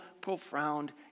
profound